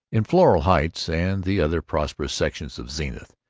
in floral heights and the other prosperous sections of zenith,